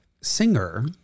Singer